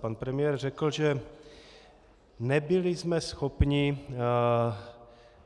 Pan premiér řekl, že nebyli jsme schopni